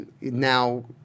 now